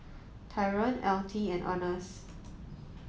Tyron Altie and Earnest